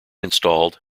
installed